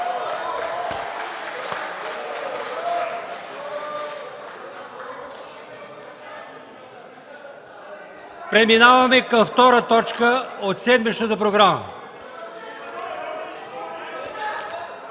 Преминаваме към първа точка от седмичната програма: